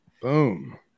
Boom